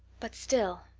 but still!